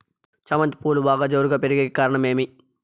చామంతి పువ్వులు బాగా జోరుగా పెరిగేకి కారణం ఏమి?